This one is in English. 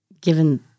given